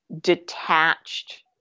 detached